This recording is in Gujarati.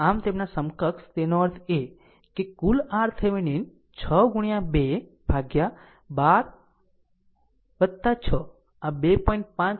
આમ તેમના સમકક્ષ એનો અર્થ એ કે કુલ RThevenin 6 ગુણ્યા 2 ભાગ્યા 12 6 આ 2